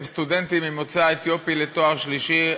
הם: סטודנטים ממוצא אתיופי לתואר שלישי,